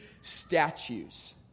statues